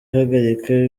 ihagarika